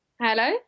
Hello